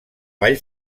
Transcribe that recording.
vall